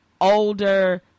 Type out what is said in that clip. older